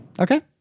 Okay